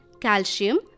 calcium